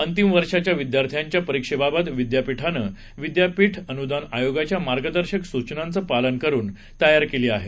अंतिम वर्षाच्या विद्यार्थ्यांच्या परीक्षेबाबत विद्यापीठानं विद्यापीठ अनुदान आयोगाच्या मार्गदर्शक सूचनांचं पालन करून तयारी केली आहे